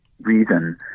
reason